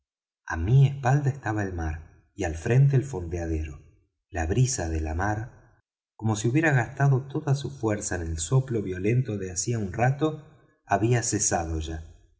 á mi espalda estaba el mar y al frente el fondeadero la brisa de la mar como si hubiera gastado toda su fuerza en el soplo violento de hacía un rato había cesado ya